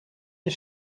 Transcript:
een